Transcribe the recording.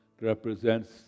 represents